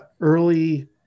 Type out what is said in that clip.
early